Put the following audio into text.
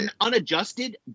unadjusted